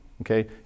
Okay